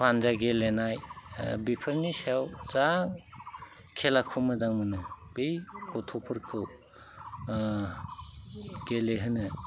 फानजा गेलेनाय बिफोरनि सायाव जा खेलाखौ मोजां मोनो बे गथ'फोरखौ गेलेहोनो